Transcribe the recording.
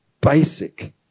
basic